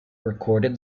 recorded